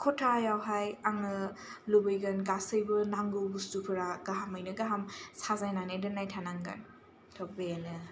खथायाव हाय आङो लुबैगोन गासैबो नांगौ बुस्थुफोरा गाहामैनो गाहाम साजायना दोननाय थानांगोन थ' बेनो